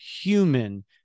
human